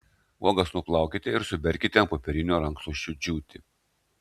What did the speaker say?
uogas nuplaukite ir suberkite ant popierinio rankšluosčio džiūti